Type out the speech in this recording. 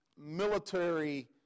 military